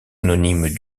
anonyme